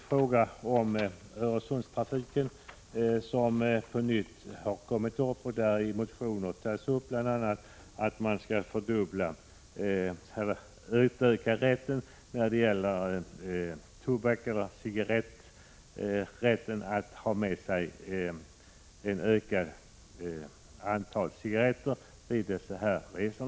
Frågan om Öresundstrafiken har på nytt kommit upp och i motioner önskar man bl.a. utöka rätten att införa tobak och cigaretter vid dessa resor.